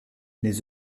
les